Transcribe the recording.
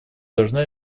должна